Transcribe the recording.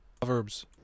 Proverbs